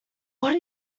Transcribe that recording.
are